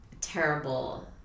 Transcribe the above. terrible